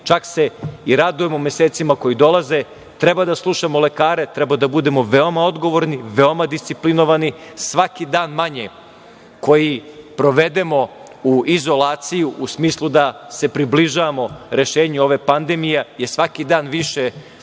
čak se i radujemo mesecima koji dolaze. Treba da slušamo lekare, treba da budemo veoma odgovorni, veoma disciplinovani. Svaki dan manje koji provedemo u izolaciji u smislu da se približavamo rešenju ove pandemije je svaki dan više